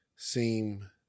Seem